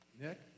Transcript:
Nick